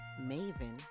Maven